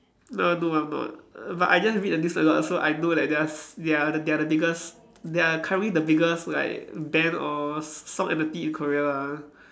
no I don't I'm not but I just read the newspaper so I know that they are s~ they are they are the biggest they are currently the biggest like band or s~ some entity in Korea lah